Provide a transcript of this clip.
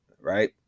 Right